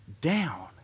down